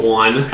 one